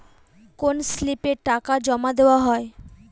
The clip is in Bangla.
কোন স্লিপে টাকা জমাদেওয়া হয়?